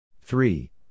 three